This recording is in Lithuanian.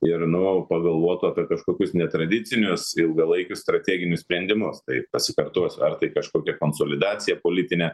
ir nu pagalvotų apie kažkokius netradicinius ilgalaikius strateginius sprendimus tai pasikartosiu ar tai kažkokia konsolidacija politinė